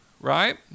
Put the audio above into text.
right